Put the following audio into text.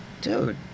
dude